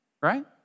right